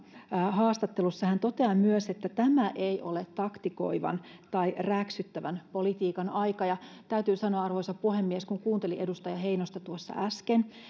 haastattelussa hän toteaa myös että tämä ei ole taktikoivan tai räksyttävän politiikan aika täytyy sanoa arvoisa puhemies että kun kuunteli äsken edustaja heinosta